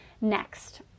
next